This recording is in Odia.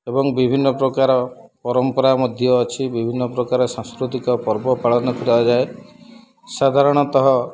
ଏବଂ ବିଭିନ୍ନ ପ୍ରକାର ପରମ୍ପରା ମଧ୍ୟ ଅଛି ବିଭିନ୍ନ ପ୍ରକାର ସାଂସ୍କୃତିକ ପର୍ବ ପାଳନ କରାଯାଏ ସାଧାରଣତଃ